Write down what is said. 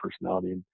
personality